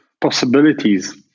possibilities